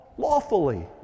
lawfully